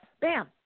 Bam